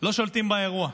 לא שולטים באירוע.